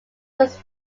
was